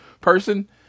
person